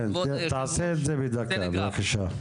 כן, אז תעשה את זה בדקה, בבקשה.